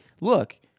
look